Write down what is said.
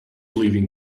leaving